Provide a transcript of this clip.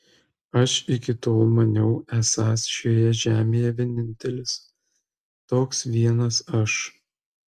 aš iki tol maniau esąs šioje žemėje vienintelis toks vienas aš